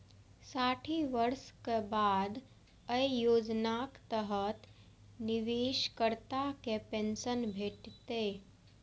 साठि वर्षक बाद अय योजनाक तहत निवेशकर्ता कें पेंशन भेटतै